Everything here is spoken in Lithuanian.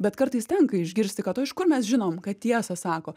bet kartais tenka išgirsti kad o iš kur mes žinom kad tiesą sako